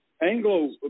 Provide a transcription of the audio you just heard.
Anglo